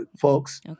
folks